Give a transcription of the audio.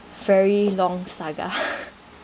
very long saga